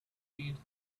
needs